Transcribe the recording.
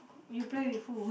you play with who